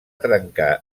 trencar